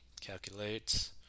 Calculate